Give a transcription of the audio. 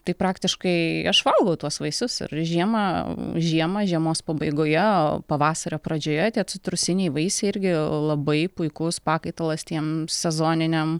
tai praktiškai aš valgau tuos vaisius ir žiemą žiemą žiemos pabaigoje pavasario pradžioje tie citrusiniai vaisiai irgi labai puikus pakaitalas tiem sezoniniam